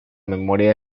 memoria